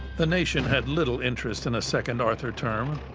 the nation had little interest in a second arthur term.